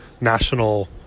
national